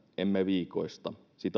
emme viikoista olemme